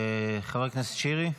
חבר הכנסת שירי.